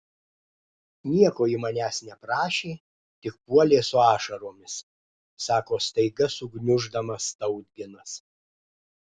nieko ji manęs neprašė tik puolė su ašaromis sako staiga sugniuždamas tautginas